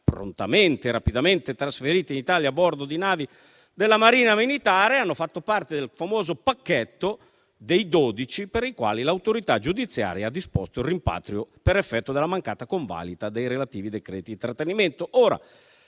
prontamente trasferiti in Italia a bordo di navi della Marina militare - hanno fatto parte del famoso pacchetto dei 12 per i quali l'autorità giudiziaria ha disposto il rimpatrio per effetto della mancata convalida dei relativi decreti di trattenimento.